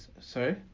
Sorry